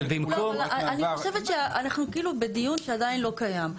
אני חושבת שאנחנו כאילו בדיון שעדיין לא קיים.